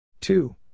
Two